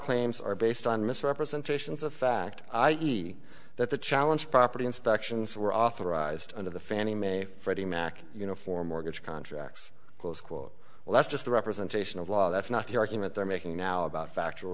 claims are based on misrepresentations of fact i e that the challenge property inspections were authorized under the fannie mae freddie mac you know for mortgage contracts close quote well that's just the representation of law that's not the argument they're making now about fact